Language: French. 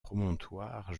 promontoire